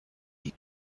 die